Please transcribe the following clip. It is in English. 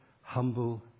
humble